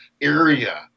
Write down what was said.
area